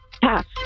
Pass